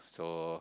so